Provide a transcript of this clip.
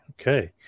Okay